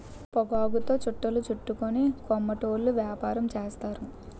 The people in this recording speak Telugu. పొగాకుతో చుట్టలు చుట్టుకొని కోమటోళ్ళు యాపారం చేస్తారు